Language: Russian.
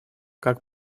как